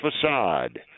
facade